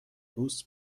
بوس